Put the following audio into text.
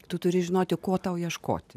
tu turi žinoti ko tau ieškoti